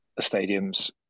stadiums